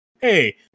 hey